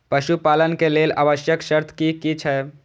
पशु पालन के लेल आवश्यक शर्त की की छै?